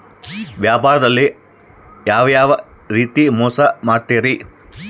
ವ್ಯಾಪಾರದಲ್ಲಿ ಯಾವ್ಯಾವ ರೇತಿ ಮೋಸ ಮಾಡ್ತಾರ್ರಿ?